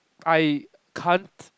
I can't